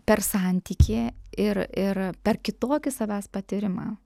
per santykį ir ir per kitokį savęs patyrimą